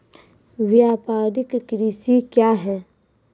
व्यापारिक कृषि क्या हैं?